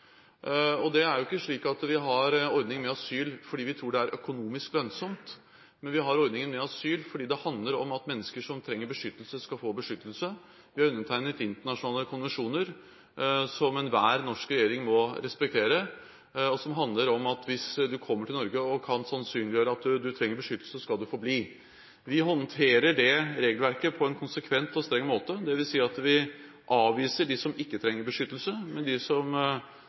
Det er jo ikke slik at vi har ordningen med asyl fordi vi tror det er økonomisk lønnsomt, men vi har ordningen med asyl fordi det handler om at mennesker som trenger beskyttelse, skal få beskyttelse. Vi har undertegnet internasjonale konvensjoner som enhver norsk regjering må respektere, og som handler om at hvis man kommer til Norge og kan sannsynliggjøre at man trenger beskyttelse, skal man få bli. Vi håndterer det regelverket på en konsekvent og streng måte. Det vil si at vi avviser dem som ikke trenger beskyttelse, men de som